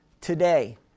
Today